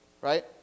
right